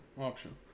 Option